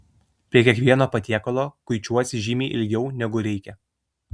prie kiekvieno patiekalo kuičiuosi žymiai ilgiau negu reikia